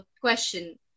question